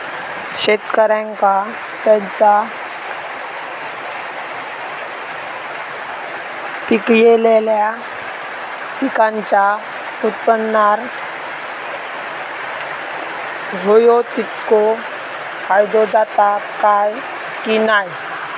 शेतकऱ्यांका त्यांचा पिकयलेल्या पीकांच्या उत्पन्नार होयो तितको फायदो जाता काय की नाय?